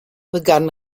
begann